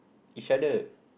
each other